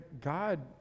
God